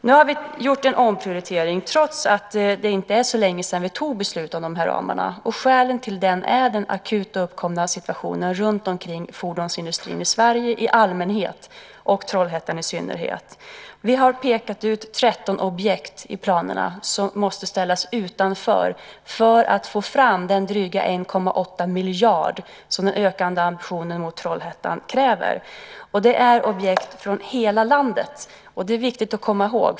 Nu har vi gjort en omprioritering, trots att det inte är så länge sedan vi tog beslut om de här ramarna. Skälen till den är den akut uppkomna situationen runt fordonsindustrin i Sverige i allmänhet och i Trollhättan i synnerhet. Vi har pekat ut 13 objekt i planerna som måste ställas utanför för att vi ska få fram de drygt 1,8 miljarder som den ökande ambitionen gentemot Trollhättan kräver. Det är objekt från hela landet, och det är viktigt att komma ihåg.